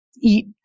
Eat